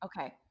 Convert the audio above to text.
Okay